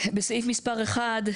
בסעיף מספר (1),